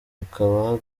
hakaba